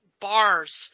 bars